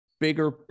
bigger